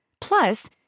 Plus